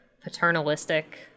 paternalistic